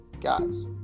Guys